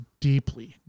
deeply